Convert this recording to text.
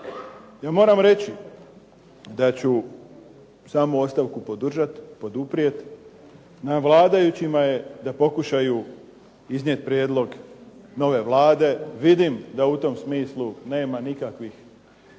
Ja moram reći da ću samu ostavku podržati, poduprijeti. Na vladajućima je da pokušaju iznijet prijedlog nove Vlade. Vidim da u tom smislu nema nikakvih